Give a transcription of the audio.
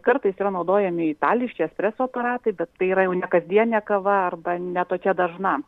kartais yra naudojami itališki espreso aparatai bet tai yra jau nekasdienė kava arba ne tokia dažna